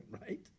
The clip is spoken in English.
right